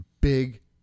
Big